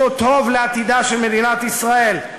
שהוא טוב לעתידה של מדינת ישראל,